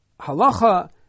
Halacha